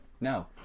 No